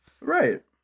right